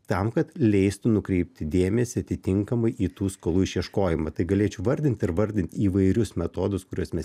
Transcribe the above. tam kad leistų nukreipti dėmesį atitinkamai į tų skolų išieškojimą tai galėčiau vardinti ir vardinti įvairius metodus kuriuos mes